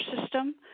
system